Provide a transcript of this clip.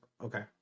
Okay